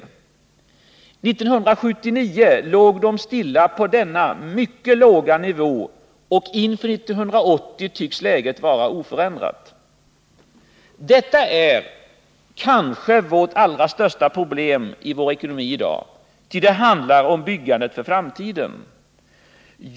1979 låg de stilla på denna mycket låga nivå, och inför 1980 tycks läget vara oförändrat. Detta är kanske det allra största problemet i vår ekonomi i dag, ty det handlar om byggandet för framtiden.